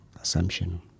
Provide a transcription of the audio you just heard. assumption